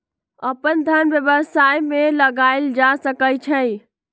अप्पन धन व्यवसाय में लगायल जा सकइ छइ